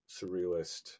surrealist